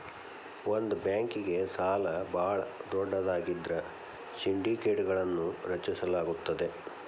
ಒಂದ ಬ್ಯಾಂಕ್ಗೆ ಸಾಲ ಭಾಳ ದೊಡ್ಡದಾಗಿದ್ರ ಸಿಂಡಿಕೇಟ್ಗಳನ್ನು ರಚಿಸಲಾಗುತ್ತದೆ